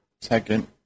Second